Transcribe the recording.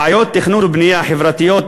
בעיות תכנון ובנייה חברתיות,